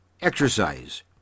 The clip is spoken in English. Exercise